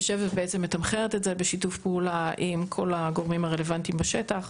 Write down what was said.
יושבת ובעצם מתמחרת את זה בשיתוף פעולה עם כל הגורמים הרלוונטיים בשטח,